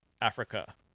Africa